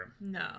No